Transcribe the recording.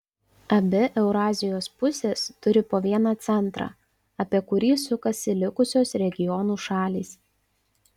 abi eurazijos pusės turi po vieną centrą apie kurį sukasi likusios regionų šalys